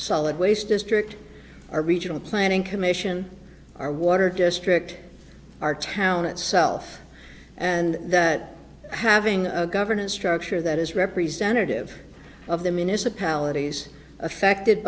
solid waste district our regional planning commission our water district our town itself and that having a governance structure that is representative of the